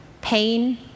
pain